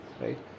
right